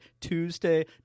Tuesday